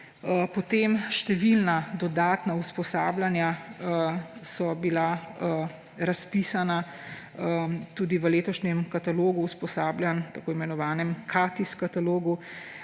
Potem številna dodatna usposabljanja so bila razpisana tudi v letošnjem katalogu usposabljanj, tako imenovanem KATIS katalogu,